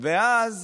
ואז